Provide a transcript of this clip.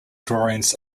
drawings